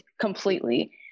completely